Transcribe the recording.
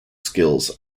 skills